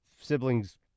siblings